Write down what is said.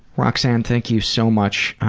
roxanne, thank you so much!